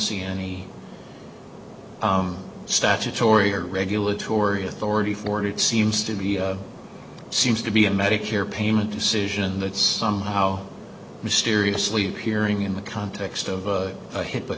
see any statutory or regulatory authority for it seems to be seems to be a medicare payment decision that's somehow mysteriously appearing in the context of a hit